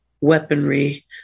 weaponry